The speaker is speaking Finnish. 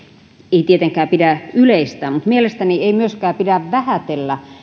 ei tietenkään pidä yleistää mutta mielestäni ei myöskään pidä vähätellä